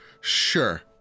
Sure